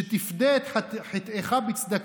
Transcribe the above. שתפדה את חטאך בצדקה.